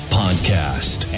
podcast